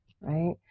right